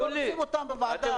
לא רוצים אותם בוועדה.